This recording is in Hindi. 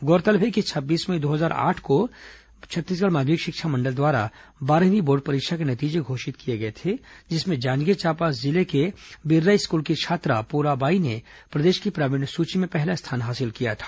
गौरतलब है कि छब्बीस मई दो हजार आठ को छत्तीसगढ़ माध्यमिक शिक्षा मंडल द्वारा बारहवीं बोर्ड परीक्षा के नतीजे घोषित किए गए थे जिसमें जांजगीर चांपा जिले के बिर्रा स्कूल की छात्रा पोराबाई ने प्रदेश की प्रावीण्य सूची में पहला स्थान हासिल किया था